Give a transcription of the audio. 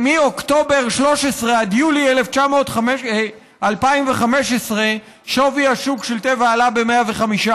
ומאוקטובר 2013 עד יולי 2015 שווי השוק של טבע עלה ב-105%.